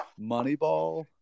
Moneyball